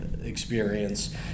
experience